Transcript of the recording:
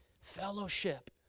fellowship